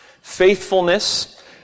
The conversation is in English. faithfulness